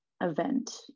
event